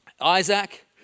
Isaac